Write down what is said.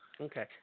Okay